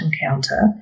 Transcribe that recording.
encounter